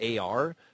AR